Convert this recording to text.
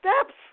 steps